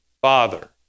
Father